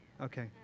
Okay